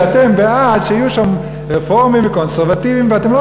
אתם בעד שיהיו שם רפורמים וקונסרבטיבים ואתם לא